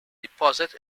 deposit